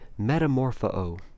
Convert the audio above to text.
metamorpho